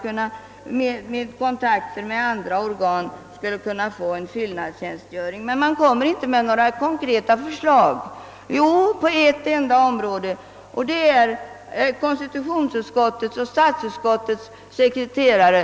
Genom kontakter med andra organ skall det kunna komma till stånd en fyllnadstjänstgöring. Men man lämnar inte några konkreta förslag därtill utom i fråga om konstitutionsutskottets och statsutskottets sekreterare.